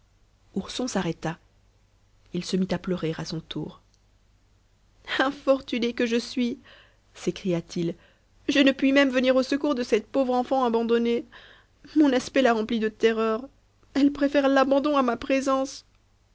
ourson s'arrêta il se mit à pleurer à son tour infortuné que je suis s'écria-t-il je ne puis même venir au secours de cette pauvre enfant abandonnée mon aspect la remplit de terreur elle préfère l'abandon à ma présence